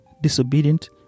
disobedient